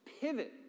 pivot